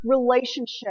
relationship